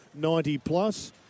90-plus